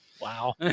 Wow